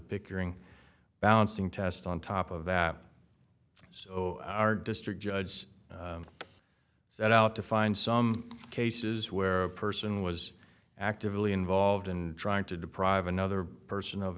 pickering balancing test on top of that so our district judge set out to find some cases where a person was actively involved in trying to deprive another person of